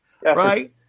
right